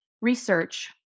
research